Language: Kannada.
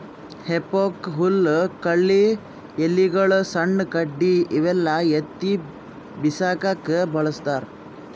ಹೆಫೋಕ್ ಹುಲ್ಲ್ ಕಳಿ ಎಲಿಗೊಳು ಸಣ್ಣ್ ಕಡ್ಡಿ ಇವೆಲ್ಲಾ ಎತ್ತಿ ಬಿಸಾಕಕ್ಕ್ ಬಳಸ್ತಾರ್